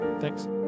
Thanks